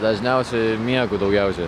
dažniausiai miegu daugiausiai